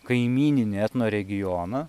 kaimyninį etnoregioną